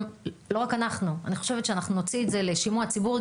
וגם לא רק אנחנו אני חושבת שאנחנו נוציא את זה לשימוע ציבורי.